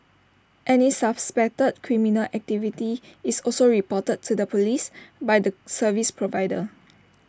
any suspected criminal activity is also reported to the Police by the service provider